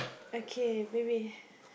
okay bring me